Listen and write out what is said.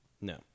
No